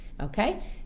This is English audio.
Okay